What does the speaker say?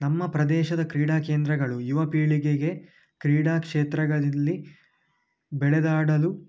ನಮ್ಮ ಪ್ರದೇಶದ ಕ್ರೀಡಾ ಕೇಂದ್ರಗಳು ಯುವಪೀಳಿಗೆಗೆ ಕ್ರೀಡಾ ಕ್ಷೇತ್ರಗಳಿರಲಿ ಬೆಳೆದಾಡಲು